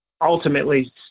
ultimately